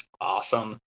Awesome